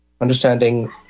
understanding